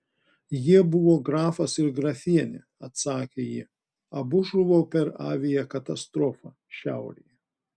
jie buvo grafas ir grafienė atsakė ji abu žuvo per aviakatastrofą šiaurėje